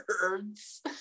birds